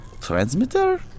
transmitter